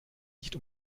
nicht